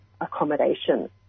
accommodation